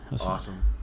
awesome